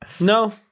no